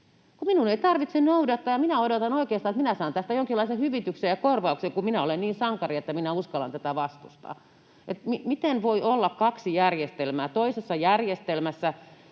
minun ei tarvitse noudattaa ja minä odotan oikeastaan, että minä saan tästä jonkinlaisen hyvityksen ja korvauksen, kun minä olen niin sankari, että minä uskallan tätä vastustaa. Miten voi olla kaksi järjestelmää? Toisessa järjestelmässä